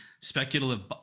speculative